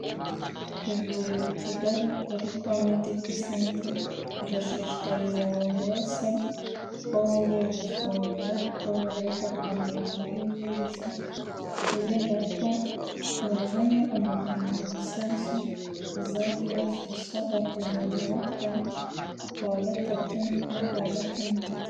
Ivuriro Kigali Polycho-Medical Center rirashishikariza abantu bose ko bongeye gufungura ko bagaruka kongera kuhivuriza, kubera ko bazanye umuganga mushyashya uzajya ubafasha, bakazajya bakora kuwa gatatu no kuwa gatandatu.